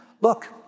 look